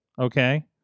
Okay